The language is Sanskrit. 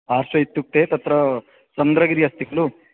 आस्य इत्युक्ते तत्र चन्द्रगिरि अस्ति खलु